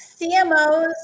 CMOs